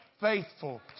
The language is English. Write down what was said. faithful